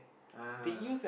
(uh huh)